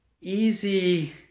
easy